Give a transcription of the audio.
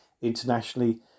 internationally